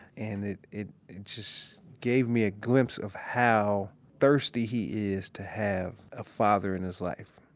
and it, it just gave me a glimpse of how thirsty he is to have a father in his life.